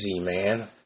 man